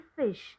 fish